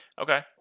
okay